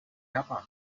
japan